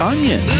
Onion